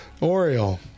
Oriole